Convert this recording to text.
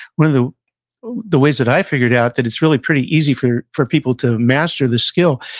one of the the ways that i figured out that it's really pretty easy for for people to master the skill,